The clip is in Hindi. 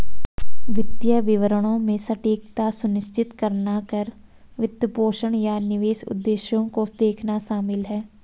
वित्तीय विवरणों में सटीकता सुनिश्चित करना कर, वित्तपोषण, या निवेश उद्देश्यों को देखना शामिल हैं